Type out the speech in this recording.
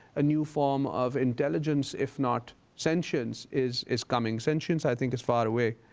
a new form of intelligence if not sentience is is coming. sentience, i think, is far away.